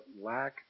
lack